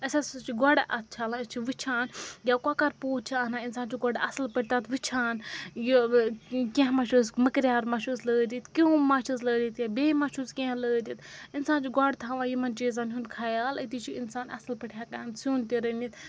أسۍ ہَسا چھِ گۄڈٕ اَتھٕ چھَلان أسۍ چھِ وٕچھان یا کۄکَر پوٗت چھُ اَنان اِنسان چھُ گۄڈٕ اَصٕل پٲٹھۍ تَتھ وٕچھان یہِ کیٚنٛہہ مہ چھُس مٔکریٛار مہ چھُس لٲرِتھ کیوٚم مہ چھُس لٲرِتھ یا بیٚیہِ مہ چھُس کیٚنٛہہ لٲرِتھ اِنسان چھُ گۄڈٕ تھاوان یِمَن چیٖزَن ہُنٛد خیال أتی چھُ اِنسان اَصٕل پٲٹھۍ ہٮ۪کان سیُن تہِ رٔنِتھ